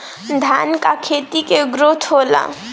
धान का खेती के ग्रोथ होला?